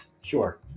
Sure